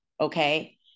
Okay